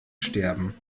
sterben